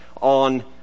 on